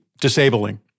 disabling